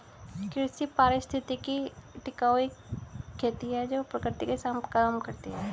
कृषि पारिस्थितिकी टिकाऊ खेती है जो प्रकृति के साथ काम करती है